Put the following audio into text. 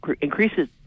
increases